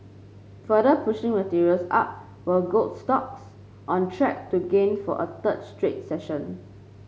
further pushing materials up were gold stocks on track to gain for a third straight session